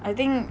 I think